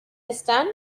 están